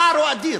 הפער הוא אדיר.